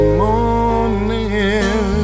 morning